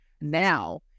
now